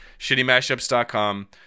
ShittyMashups.com